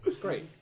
Great